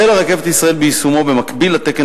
החלה "רכבת ישראל" ביישומו במקביל לתקן